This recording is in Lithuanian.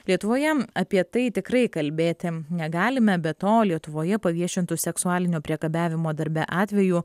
lietuvoje apie tai tikrai kalbėti negalime be to lietuvoje paviešintų seksualinio priekabiavimo darbe atvejų